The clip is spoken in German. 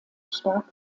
stark